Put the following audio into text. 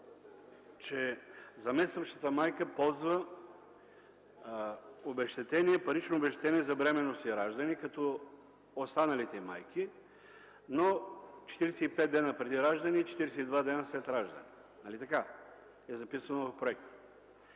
че заместващата майка ползва парично обезщетение за бременност и раждане като останалите майки, но 45 дни преди раждане и 42 дни след раждане. Нали така е записано в проекта?